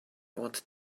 wanted